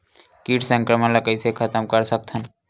कीट संक्रमण ला कइसे खतम कर सकथन?